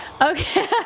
Okay